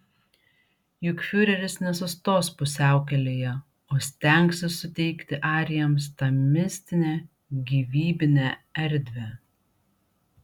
juk fiureris nesustos pusiaukelėje o stengsis suteikti arijams tą mistinę gyvybinę erdvę